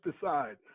decide